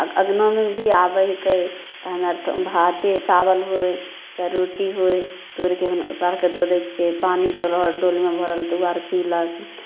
आ अंगनोमे भी आबै हिके तऽ हमरा आर तऽ भाते चावल होइ चाहै रोटी होइ तोरिके हुनका आरके दऽ दै छियै पानि रहल डोलमे भरल तऽ ओ आर पीलक